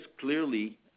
clearly